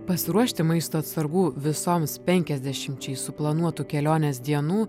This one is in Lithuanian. pasiruošti maisto atsargų visoms penkiasdešimčiai suplanuotų kelionės dienų